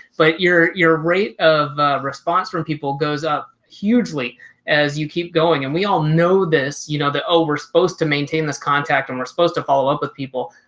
but your your rate of response from people goes up hugely as you keep going and we all know this, you know the over supposed to maintain this contact and we're supposed to follow up with people.